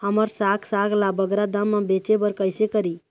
हमर साग साग ला बगरा दाम मा बेचे बर कइसे करी?